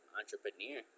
entrepreneur